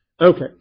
Okay